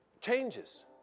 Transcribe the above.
changes